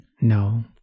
No